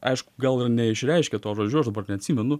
aišku gal ir neišreiškė to žodžiu aš dabar neatsimenu